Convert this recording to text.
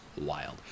wild